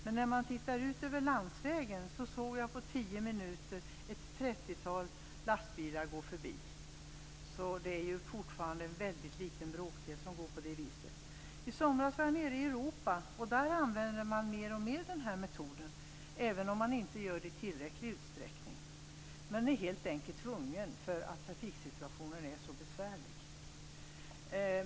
Men när jag tittade ut över landsvägen såg jag på tio minuter ett trettiotal lastbilar gå förbi. Det är fortfarande en liten bråkdel som går med järnvägscontainrar. I somras var jag nere i Europa, och där använder man mer och mer den här metoden, även om man inte gör det i tillräcklig utsträckning. Man är helt enkelt tvungen, därför att trafiksituationen är så besvärlig.